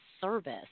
service